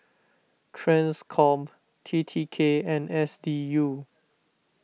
Transcom T T K and S D U